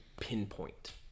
pinpoint